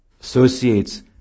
associates